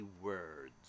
words